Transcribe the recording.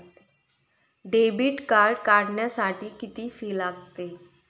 Debit card काढण्यासाठी किती fee लागते?